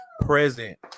present